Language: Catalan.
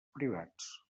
privats